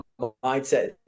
mindset